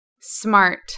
smart